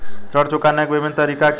ऋण चुकाने के विभिन्न तरीके क्या हैं?